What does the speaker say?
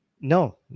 No